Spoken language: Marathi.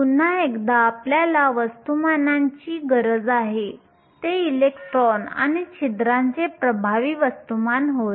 पुन्हा एकदा आपल्याला वस्तुमानांची गरज आहे ते इलेक्ट्रॉन आणि छिद्रांचे प्रभावी वस्तुमान होय